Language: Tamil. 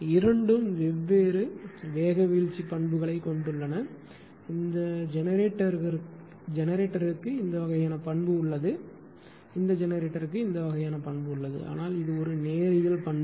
இரண்டும் வெவ்வேறு வேக வீழ்ச்சி பண்புகளைக் கொண்டுள்ளன இந்த ஜெனரேட்டருக்கு இந்த வகையான பண்பு உள்ளது இந்த ஜெனரேட்டருக்கு இந்த வகையான பண்பு உள்ளது ஆனால் இது ஒரு நேரியல் பண்பு